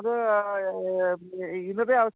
അത്